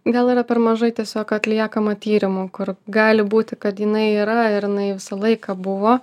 gal yra per mažai tiesiog atliekama tyrimų kur gali būti kad jinai yra ir jinai visą laiką buvo